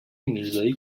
میرزایی